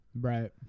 Right